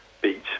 beat